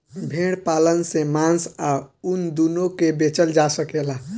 भेड़ पालन से मांस आ ऊन दूनो के बेचल जा सकेला